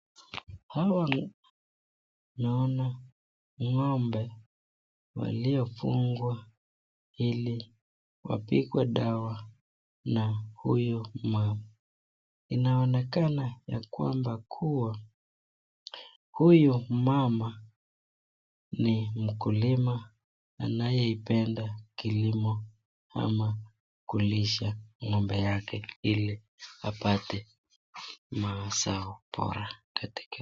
Naona ng'ombe waliofungwa ili wapigwe dawa, Na huyu mama inaonekana yakwamba kuwa huyu mama ni mkulima anayependa kilimo amakulisha ng'ombe yake ili apate mazao Bora.